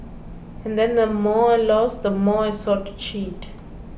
and then the more I lost the more I sought to cheat